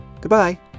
Goodbye